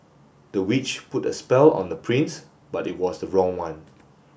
the witch put a spell on the prince but it was the wrong one